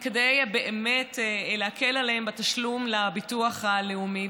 כדי באמת להקל עליהם בתשלום לביטוח הלאומי.